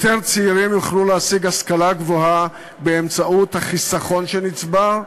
יותר צעירים יוכלו להשיג השכלה גבוהה באמצעות החיסכון שנצבר,